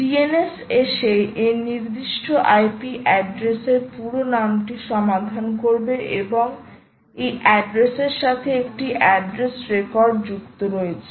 DNS এসে এই নির্দিষ্ট IPঅ্যাড্রেসের পুরো নামটি সমাধান করবে এবং এই অ্যাড্রেসের সাথে একটি অ্যাড্রেস রেকর্ড যুক্ত রয়েছে